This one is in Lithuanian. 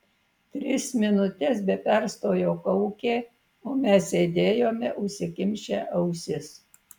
tris minutes be perstojo kaukė o mes sėdėjome užsikimšę ausis